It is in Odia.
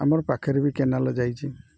ଆମର ପାଖରେ ବି କେନାଲ ଯାଇଛି